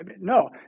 No